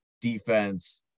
defense